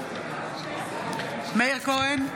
בעד מאיר כהן,